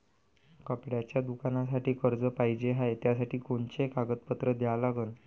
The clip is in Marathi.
कपड्याच्या दुकानासाठी कर्ज पाहिजे हाय, त्यासाठी कोनचे कागदपत्र द्या लागन?